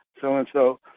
so-and-so